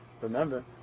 Remember